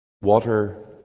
water